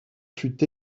fut